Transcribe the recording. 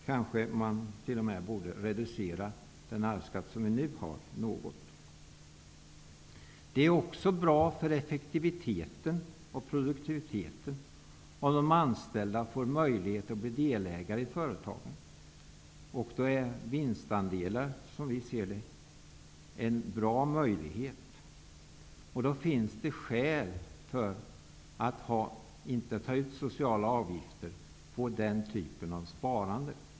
Kanske man t.o.m. borde reducera den arvsskatt som vi nu har något. Det är också bra för effektiviteten och produktiviteten om de anställda får möjlighet att bli delägare i företagen. Då är vinstandelar, som vi ser det, en bra möjlighet. Då finns det skäl att inte ta ut sociala avgifter på den typen av sparande.